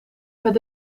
met